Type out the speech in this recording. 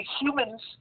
humans